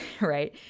right